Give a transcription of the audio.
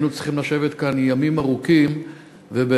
היינו צריכים לשבת כאן ימים ארוכים ובאמת